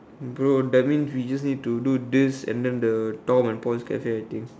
bro that means you just need to do this and the Tom's and Paul's Cafe I think